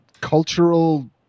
cultural